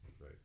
right